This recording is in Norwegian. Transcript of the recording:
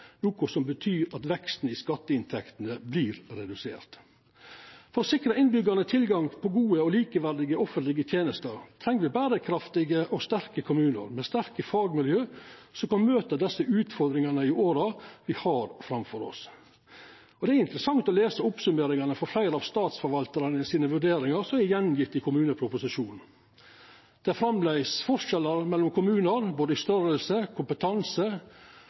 noko som betyr at veksten i skatteinntektene vert redusert. For å sikra innbyggjarane tilgang på gode og likeverdige offentlege tenester treng me berekraftige og sterke kommunar med sterke fagmiljø som kan møte desse utfordringane i åra me har framfor oss. Det er interessant å lesa oppsummeringane av fleire av statsforvaltarane sine vurderingar som er gjeve att i kommuneproposisjonen. Det er framleis forskjellar mellom kommunar i både storleik, kompetanse